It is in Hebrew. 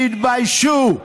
תתביישו.